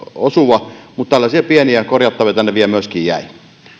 osuva mutta tällaisia pieniä korjattavia tänne vielä myöskin jäi